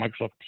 Microsoft